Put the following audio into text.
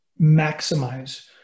maximize